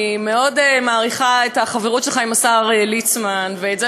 אני מאוד מעריכה את החברות שלך עם השר ליצמן ואת זה